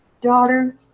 Daughter